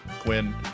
Quinn